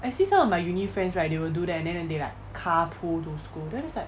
I see some of my uni friends right they will do that and then they like car pool to school then means like